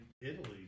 Italy